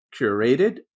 curated